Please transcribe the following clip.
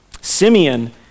Simeon